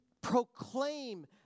proclaim